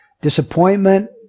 disappointment